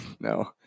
No